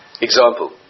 Example